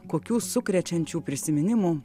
kokių sukrečiančių prisiminimų